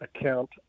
account